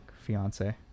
fiance